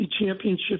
championship